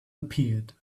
appeared